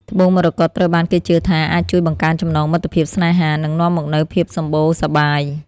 ត្បូងមរកតត្រូវបានគេជឿថាអាចជួយបង្កើនចំណងមិត្តភាព ស្នេហា និងនាំមកនូវភាពសម្បូរសប្បាយ។